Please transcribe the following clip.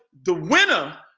the winner